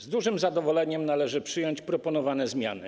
Z dużym zadowoleniem należy przyjąć proponowane zmiany.